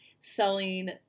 selling